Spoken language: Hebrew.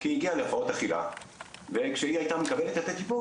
כי הגיעה להפרעות אכילה וכשהיא הייתה מקבלת את הטיפול,